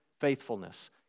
faithfulness